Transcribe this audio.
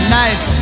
nice